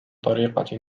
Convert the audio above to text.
طريقة